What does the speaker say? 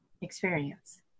experience